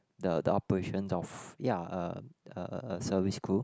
the the operation of ya uh uh service crew